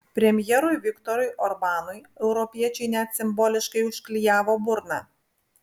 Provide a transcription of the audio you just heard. premjerui viktorui orbanui europiečiai net simboliškai užklijavo burną